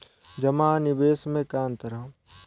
जमा आ निवेश में का अंतर ह?